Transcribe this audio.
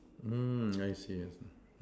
mm I see I see